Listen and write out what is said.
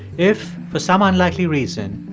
if, for some unlikely reason,